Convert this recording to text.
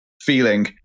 feeling